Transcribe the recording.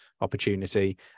opportunity